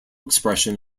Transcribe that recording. expression